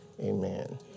amen